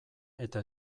eta